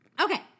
Okay